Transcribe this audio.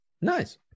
Nice